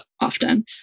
often